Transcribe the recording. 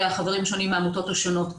חברים שונים מהעמותות השונות.